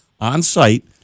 on-site